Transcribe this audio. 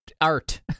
art